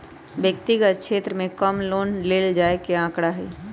व्यक्तिगत क्षेत्र में कम लोन ले जाये के आंकडा हई